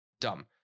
Dumb